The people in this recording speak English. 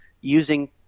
using